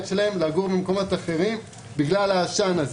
שלהם לגור במקומות אחרים בגלל העשן הזה.